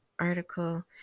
article